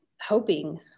hoping